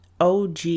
OG